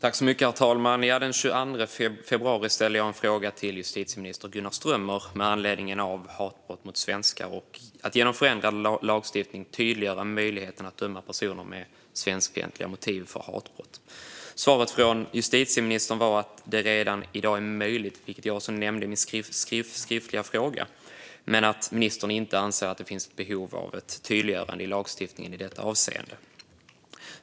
Herr talman! Den 22 februari ställde jag en fråga till justitieminister Gunnar Strömmer med anledning av hatbrott mot svenskar och om att genom förändrad lagstiftning tydliggöra möjligheten att döma personer med svenskfientliga motiv för hatbrott. Svaret från justitieministern blev att det redan i dag är möjligt, vilket jag också nämnde i min skriftliga fråga, och att ministern inte anser att det finns behov av ett tydliggörande i lagstiftningen i detta avseende.